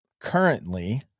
currently